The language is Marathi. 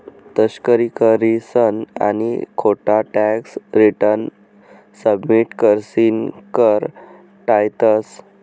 तस्करी करीसन आणि खोटा टॅक्स रिटर्न सबमिट करीसन कर टायतंस